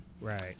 Right